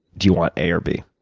do you want a or b,